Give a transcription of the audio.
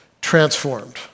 transformed